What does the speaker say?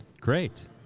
Great